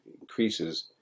increases